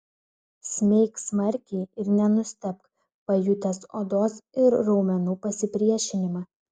smeik smarkiai ir nenustebk pajutęs odos ir raumenų pasipriešinimą